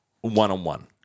one-on-one